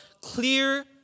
clear